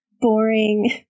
Boring